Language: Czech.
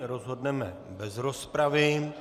Rozhodneme bez rozpravy.